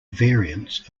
variance